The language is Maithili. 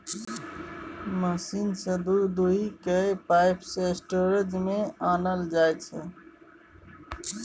मशीन सँ दुध दुहि कए पाइप सँ स्टोरेज मे आनल जाइ छै